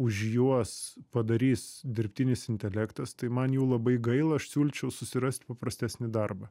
už juos padarys dirbtinis intelektas tai man jų labai gaila aš siūlyčiau susirast paprastesnį darbą